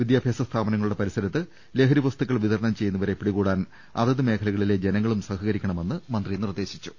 വിദ്യാഭ്യാസ സ്ഥാപനങ്ങളുടെ പരിസരത്ത് ലഹരി വസ്തുക്കൾ വിതരണം ചെയ്യുന്നവരെ പിടികൂടാൻ അതത് മേഖലകളിലെ ജനങ്ങളും സഹ കരിക്കണമെന്ന് മന്ത്രി നിർദേശിച്ചു